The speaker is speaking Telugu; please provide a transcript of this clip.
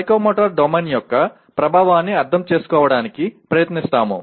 సైకోమోటర్ డొమైన్ యొక్క స్వభావాన్ని అర్థం చేసుకోవడానికి ప్రయత్నిస్తాము